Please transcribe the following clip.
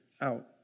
out